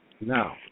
Now